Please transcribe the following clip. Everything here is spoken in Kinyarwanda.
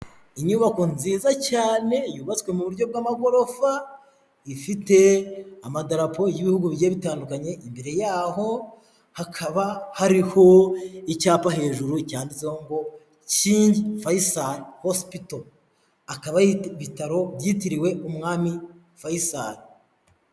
Inyubako nziza cyane yubatswe mu buryo bw'amagorofa ifite amadarapo y'ibihugu bigiye bitandukanye imbere yaho hakaba hariho icyapa hejuru cyanditseho ngo king faisal hospital akaba ari ibitaro byitiriwe umwami faisal.